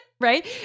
right